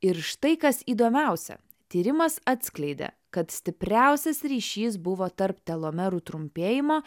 ir štai kas įdomiausia tyrimas atskleidė kad stipriausias ryšys buvo tarp telomerų trumpėjimo